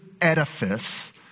edifice